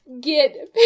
get